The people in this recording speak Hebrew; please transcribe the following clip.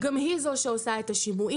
גם היא זו שעושה את השימועים,